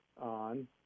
on